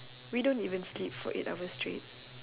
we don't even sleep for eight hours straight